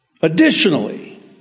additionally